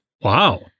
Wow